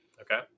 Okay